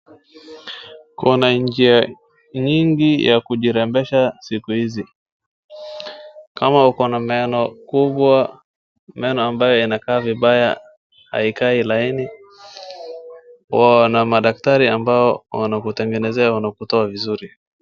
Kuna njia nyingi ya kujirebesha siku hizi. Kama uko na meno kubwa, meno ambayo yanakaa vibaya, haikai laini, kuna madaktari ambao wanakutengenezea wanakutoa vizuri.